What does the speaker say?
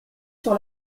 sur